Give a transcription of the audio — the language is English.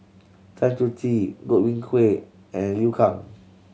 Tan Choh Tee Godwin Koay and Liu Kang